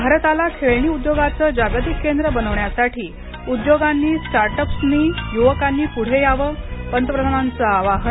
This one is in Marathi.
भारताला खेळणी उद्योगाचं जागतिक केंद्र बनवण्यासाठी उद्योगांनी स्टार्टअप्सनी युवकांनी पुढे यावं पंतप्रधानांचं आवाहन